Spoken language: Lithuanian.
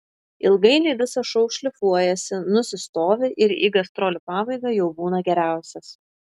ilgainiui visas šou šlifuojasi nusistovi ir į gastrolių pabaigą jau būna geriausias